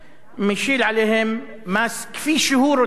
משית עליהם מס כפי שהוא רוצה,